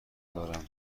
دارم